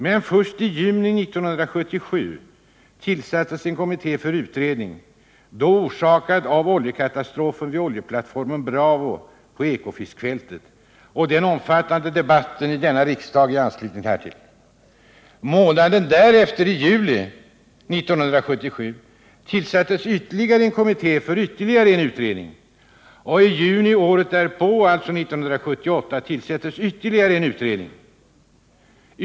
Men först i juni 1977 tillsattes en kommitté för utredning, då orsakad av oljekatastrofen vid oljeplattformen Bravo på Ekofiskfältet och den omfattande debatten i denna riksdag i anslutning härtill. Månaden därefter, i juli 1977, tillsattes ännu en kommitté för ytterligare utredning. I juni året därpå, alltså 1978, tillsattes ytterligare en utredning.